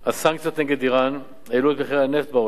הסנקציות נגד אירן העלו את מחירי הנפט בעולם.